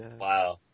Wow